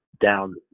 down